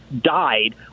died